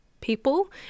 people